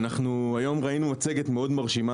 אנחנו ראינו היום מצגת מאוד מרשימה,